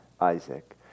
Isaac